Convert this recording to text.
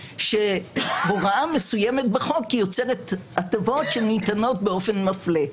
שהוראה מסוימת בחוק יוצרת הטבות שניתנות באופן מפלה.